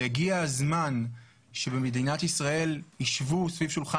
והגיע הזמן שבמדינת ישראל ישבו סביב שולחן